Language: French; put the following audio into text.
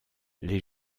les